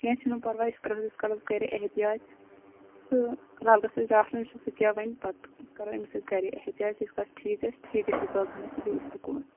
کیٚنٛہہ چھُنہٕ پَرواے أسۍ کَرو ییٖتِس کالَس گَرے احتیاط تہٕ فِلحال گژھو أسۍ ڈاکٹَرس نِش وُچھو سُہ کیٛاہ وَنہِ پَتہٕ کَرو أمِس أسۍ گَرے احتیاط ییٖتِس کالَس یہِ ٹھیٖک گژھِ ٹھیٖک گٔژھِتھ سوزہوٚن أسۍ یہِ بیٚیہِ سکوٗل